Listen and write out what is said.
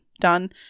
done